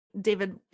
David